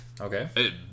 Okay